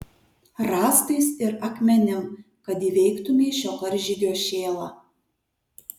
rąstais ir akmenim kad įveiktumei šio karžygio šėlą